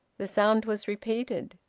the sound was repeated.